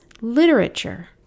literature